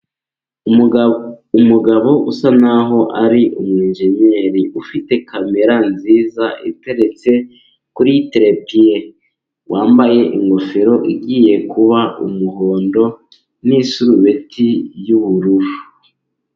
Umugabo usa naho ari umwenjeniyeri ufite kamera nziza iteretse kuri terepiye, wambaye ingofero igiye kuba umuhondo n'isurubeti y'ubururu.